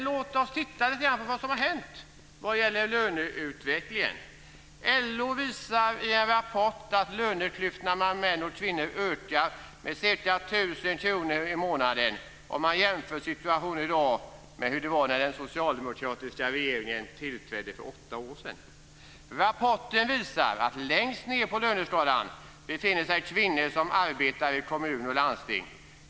Låt oss titta lite grann på vad som har hänt vad gäller löneutvecklingen. LO visar i en rapport att löneklyftorna mellan män och kvinnor ökat med ca 1 000 kr i månaden om man jämför situationen i dag med hur den var när den socialdemokratiska regeringen tillträdde för åtta år sedan. Rapporten visat att längst ned på löneskalan befinner sig kvinnor som arbetar i kommuner och landsting.